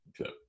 Okay